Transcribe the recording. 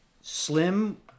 slim